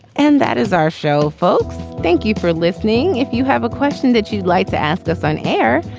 and that is our show, folks thank you for listening. if you have a question that you'd like to ask us on air,